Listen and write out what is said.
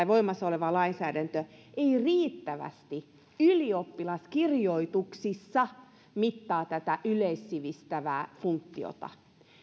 voimassa oleva lainsäädäntö ei riittävästi ylioppilaskirjoituksissa mittaa tätä yleissivistävää funktiota